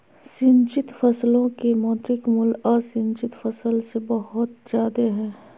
सिंचित फसलो के मौद्रिक मूल्य असिंचित फसल से बहुत जादे हय